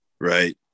Right